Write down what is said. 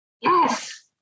yes